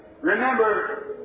Remember